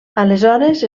aleshores